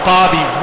Bobby